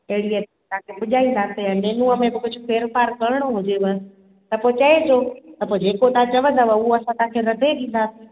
अहिड़ीअ तव्हांखे पुॼाईंदासीं ऐं मेनुअ में बि कुझु फेर फार करणो हुजेव त पोइ चइजो त पोइ जेको तव्हां चवंदव उहो असां तव्हांखे रधे ॾींदासीं